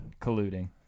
colluding